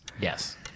Yes